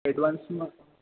એડવાન્સમાં